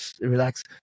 relax